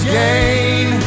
gain